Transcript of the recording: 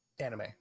Anime